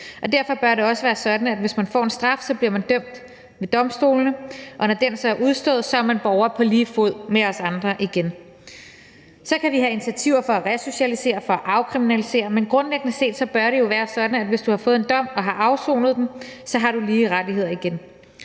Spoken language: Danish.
Derfor bør det også være sådan, at hvis man bliver dømt ved domstolene, får man en straf, og når den så er udstået, er man borger på lige fod med os andre igen. Så kan vi have initiativer for at resocialisere og for at afkriminalisere, men grundlæggende set bør det jo være sådan, at hvis du har fået en dom og har afsonet den, har du lige rettigheder igen.